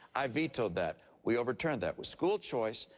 i vetoed that, we overturned that. with school choice,